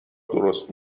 درست